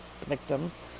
victims